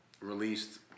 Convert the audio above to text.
Released